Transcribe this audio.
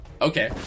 Okay